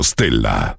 Stella